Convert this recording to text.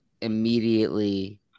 immediately